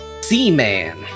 Seaman